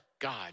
God